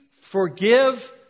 forgive